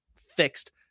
fixed